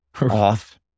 off